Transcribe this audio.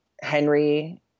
Henry